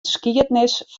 skiednis